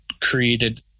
created